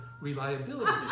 reliability